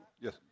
yes